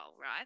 right